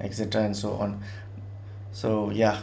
et cetera and so on so ya